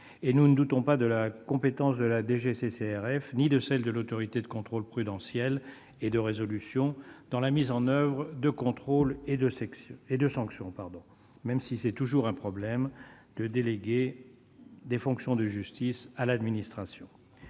Et nous ne doutons pas de la compétence de la DGCCRF, ni de celle l'Autorité de contrôle prudentiel et de résolution, l'ACPR, dans la mise en oeuvre de contrôles et de sanctions, même si déléguer des fonctions de justice à l'administration